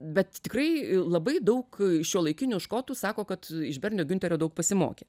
bet tikrai labai daug šiuolaikinių škotų sako kad iš bernio giunterio daug pasimokė